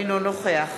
אינו נוכח